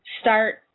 start